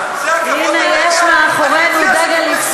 למה לא הבאת דגל?